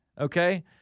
Okay